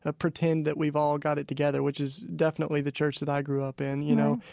ah pretend that we've all got it together, which is definitely the church that i grew up in, you know?